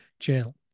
channel